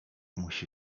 musi